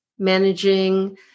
managing